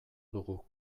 dugu